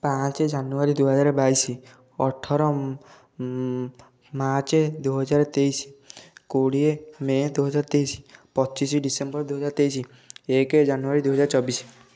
ପାଞ୍ଚ ଜାନୁଆରୀ ଦୁଇ ହଜାର ବାଇଶି ଅଠର ମାର୍ଚ୍ଚ ଦୁଇ ହଜାର ତେଇଶି କୋଡ଼ିଏ ମେ ଦୁଇ ହଜାର ତେଇଶି ପଚିଶି ଡିସେମ୍ବର ଦୁଇ ହଜାର ତେଇଶି ଏକ ଜାନୁଆରୀ ଦୁଇ ହଜାର ଚବିଶି